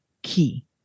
key